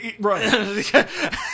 Right